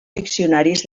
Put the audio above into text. diccionaris